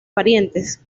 parientes